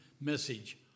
message